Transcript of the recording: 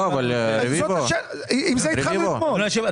עם זה התחלנו אתמול.